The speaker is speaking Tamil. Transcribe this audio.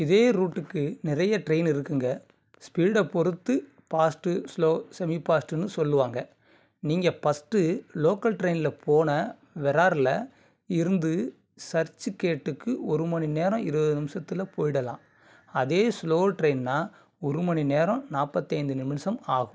இதே ரூட்டுக்கு நிறைய ட்ரெயின் இருக்குதுங்க ஸ்பீடை பொருத்து ஃபாஸ்ட்டு ஸ்லோ செமி ஃபாஸ்ட்டுன்னு சொல்லுவாங்க நீங்கள் ஃபஸ்ட்டு லோக்கல் ட்ரெயினில் போன விரார்ல இருந்து சர்ச் கேட்டுக்கு ஒரு மணிநேரம் இருபது நிமிஷத்தில் போயிடலாம் அதே ஸ்லோ ட்ரெயின்னா ஒரு மணிநேரம் நாற்பத்தி ஐந்து நிமிஷம் ஆகும்